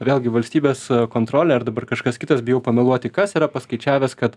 vėlgi valstybės kontrolė ar dabar kažkas kitas bijau pameluoti kas yra paskaičiavęs kad